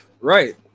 right